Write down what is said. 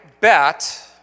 bet